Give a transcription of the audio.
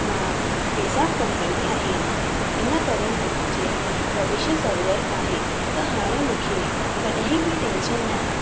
मां पैसा बि कमाईंदी आहियां इन करे मुंहिंजे भविष्य सवरियलु आहे त हाणे मूंखे कॾहिं बि टैंशन